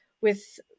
with-